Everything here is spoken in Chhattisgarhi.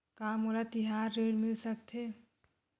का मोला तिहार ऋण मिल सकथे?